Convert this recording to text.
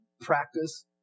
practice